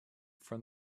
from